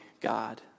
God